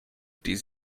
die